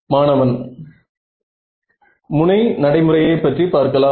மாணவன் முனை நடைமுறையை பற்றி பார்க்கலாம்